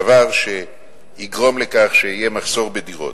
דבר שיגרום לכך שיהיה מחסור בדירות.